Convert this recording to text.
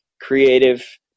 creative